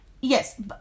Yes